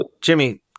Jimmy